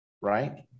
right